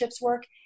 work